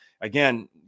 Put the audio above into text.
Again